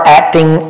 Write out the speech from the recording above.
acting